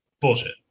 bullshit